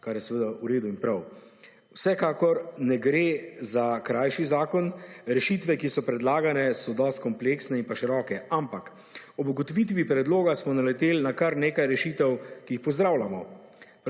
kar je seveda v redu in prav. Vsekakor ne gre za krajši zakon, rešitve ki so predlagane so dosti kompleksne in pa široke, ampak ob ugotovitvi predloga smo naleteli na kar nekaj rešitev, ki jih pozdravljamo.